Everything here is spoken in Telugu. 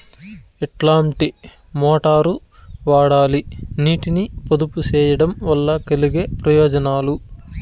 ఎట్లాంటి మోటారు వాడాలి, నీటిని పొదుపు సేయడం వల్ల కలిగే ప్రయోజనాలు?